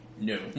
No